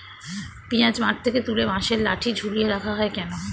পিঁয়াজ মাঠ থেকে তুলে বাঁশের লাঠি ঝুলিয়ে রাখা হয় কেন?